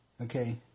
Okay